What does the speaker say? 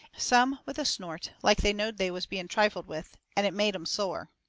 some with a snort, like they knowed they was being trifled with, and it made em sore.